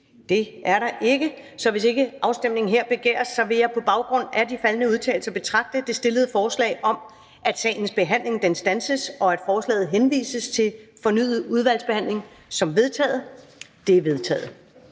(Karen Ellemann): Så hvis ikke afstemning her begæres, vil jeg på baggrund af de faldne udtalelser betragte det stillede forslag om, at sagens behandling standses, og at forslaget henvises til fornyet udvalgsbehandling, som vedtaget. Det er vedtaget.